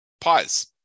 Pause